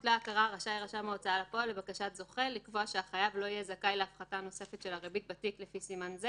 בטענה שהוא לא עומד בתנאים.